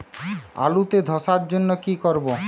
আলুতে ধসার জন্য কি করব?